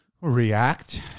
react